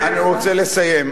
אני רוצה לסיים.